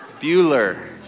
Bueller